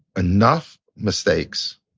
enough mistakes,